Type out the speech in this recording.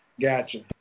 Gotcha